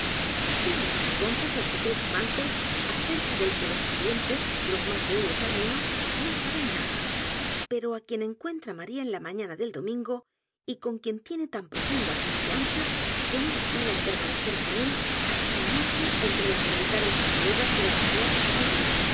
quién es entonces el secreto amante acerca del que los parientes los más de ellos al menos no saben n a d a pero á quien encuent r a maría en la mañana del domingo y con quien tiene tan profunda confianza que no vacila en permanecer con él hasta la noche entre las solitarias arboledas de la